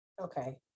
Okay